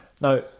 Now